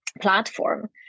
platform